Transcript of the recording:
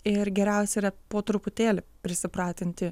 ir geriausia yra po truputėlį prisipratinti